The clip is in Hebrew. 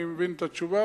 אני מבין את התשובה,